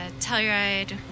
Telluride